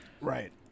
right